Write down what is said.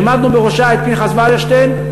והעמדנו בראשה את פנחס ולרשטיין.